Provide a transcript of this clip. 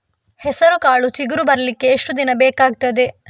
ಹೆಸರುಕಾಳು ಚಿಗುರು ಬರ್ಲಿಕ್ಕೆ ಎಷ್ಟು ದಿನ ಬೇಕಗ್ತಾದೆ?